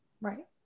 Right